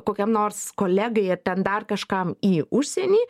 kokiam nors kolegai ar ten dar kažkam į užsienį